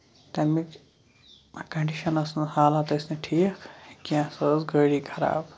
تَمِچ کَنڈِشن ٲسۍ نہٕ حالات ٲسۍ نہٕ ٹھیٖک کیٚنٛہہ سۄ ٲسۍ گٲڑی خراب